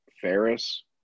Ferris